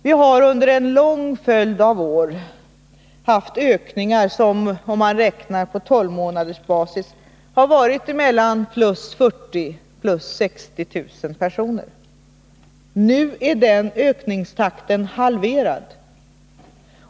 Vi har under en lång följd av år haft ökningar som på tolvmånadersbasis uppgått till mellan 40 000 och 60 000 personer. Nu är den ökningstakten halverad.